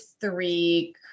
three